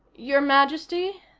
your majesty,